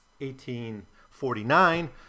1849